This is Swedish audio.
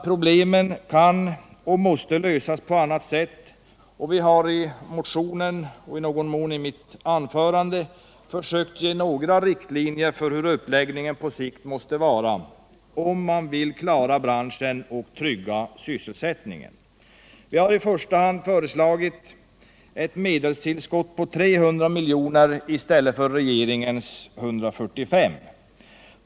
Problemen kan och måste lösas på annat sätt, och vi har i motionen, och jag har i någon mån i mitt anförande, försökt ange några riktlinjer för hur uppläggningen på sikt måste vara för att vi skall kunna klara branschen och trygga sysselsättningen. Vi har i första hand föreslagit ett medelstillskott på 300 milj.kr. i stället för regeringens 145 milj.kr.